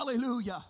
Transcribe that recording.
Hallelujah